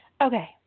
Okay